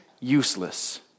useless